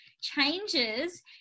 changes